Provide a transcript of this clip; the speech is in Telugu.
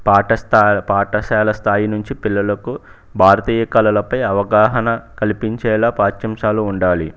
పాఠ స్థా పాఠశాల స్థాయి నుంచి పిల్లలకు భారతీయ కళలపై అవగాహన కల్పించేలా పాఠ్యంశాలు ఉండాలి